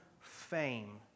fame